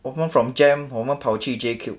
我们 from JEM 我们跑去 J cube